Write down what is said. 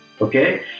okay